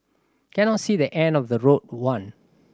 cannot see the end of the road one